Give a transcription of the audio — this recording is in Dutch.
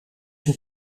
een